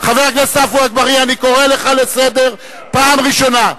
אני קורא לך לסדר פעם ראשונה.